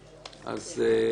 אז ה'